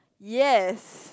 yes